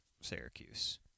Syracuse